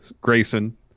Grayson